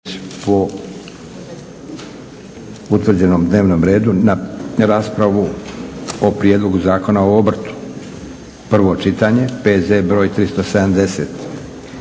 po utvrđenom dnevnom redu na raspravu o - Prijedlog zakona o obrtu, prvo čitanje, P.Z. br. 370